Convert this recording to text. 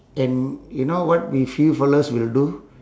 and you know what we few fellows will do